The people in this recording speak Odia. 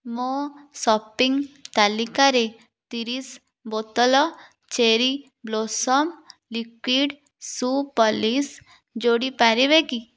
ମୋ ସପିଂ ତାଲିକାରେ ତିରିଶି ବୋତଲ cherry blossom liquid shoe polish ଯୋଡ଼ି ପାରିବେ କି